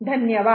धन्यवाद